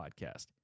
podcast